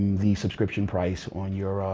the subscription price on your,